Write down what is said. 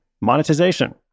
monetization